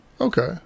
Okay